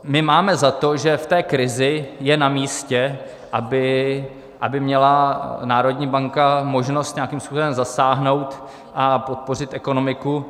My máme za to, že v krizi je namístě, aby měla národní banka možnost nějakým způsobem zasáhnout a podpořit ekonomiku.